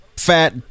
fat